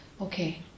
Okay